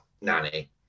Nanny